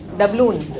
doubloon,